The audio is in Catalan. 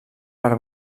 per